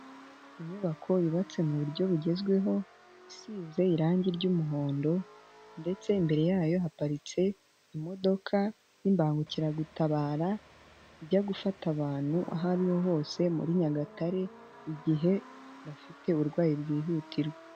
Inyubako yubatse mu buryo bugezweho, isize irangi ry'umuhondo ndetse imbere yayo haparitse imodoka y'imbangukiragutabara, ijya gufata abantu aho ariho hose muri Nyagatare, igihe bafite uburwayi bwihutirwa.